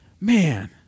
man